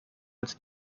als